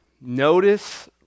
notice